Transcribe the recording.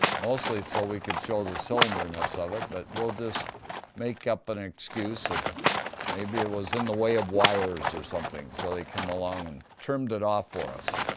mostly so we could show the cylinder-ness of it. but we'll just make up an excuse, of maybe it was in the way of wires or something, so they come along and trimmed it off for us.